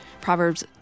Proverbs